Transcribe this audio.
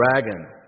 dragon